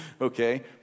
okay